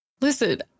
Listen